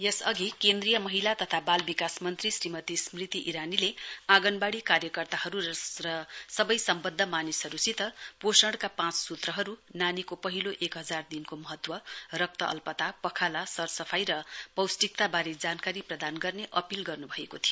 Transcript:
यसअघि केन्द्रीय महिला तथा बाल विकास मन्त्री श्रीमती स्मृती ईरानीले आंगनवाड़ी कार्यकर्ता र सवै सम्वन्ध्द मानिसहरुसित पोषणका पाँच सूत्रहरु नानीको पहिलो एक हजार दिनको महत्व रक्त अल्पता पखाला सरसफाई र पौष्टिकता वारे जानकारी प्रदान गर्ने अपील गर्नुभएको थियो